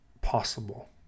possible